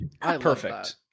Perfect